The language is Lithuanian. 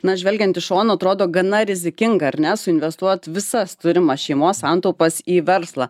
na žvelgiant iš šono atrodo gana rizikinga ar ne suinvestuot visas turimas šeimos santaupas į verslą